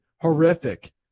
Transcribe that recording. horrific